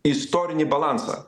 istorinį balansą